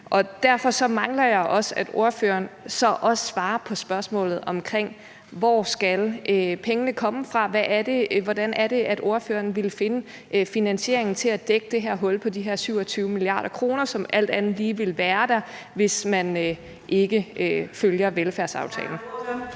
derfor mangler jeg, at ordføreren så også svarer på spørgsmålet om, hvor pengene skal komme fra. Hvordan er det, at ordføreren vil finde finansiering til at dække det her hul på de her 27 mia. kr., som alt andet lige vil være der, hvis man ikke følger velfærdsaftalen?